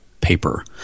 paper